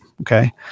Okay